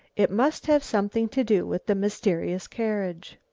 it must have something to do with the mysterious carriage.